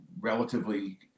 relatively